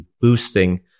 boosting